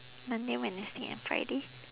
monday wednesday and friday